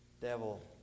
Devil